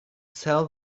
sell